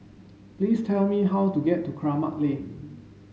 please tell me how to get to Kramat Lane